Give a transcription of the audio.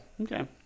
Okay